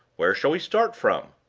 where shall we start from?